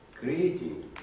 creating